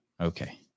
Okay